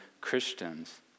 Christians